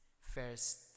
First